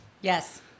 yes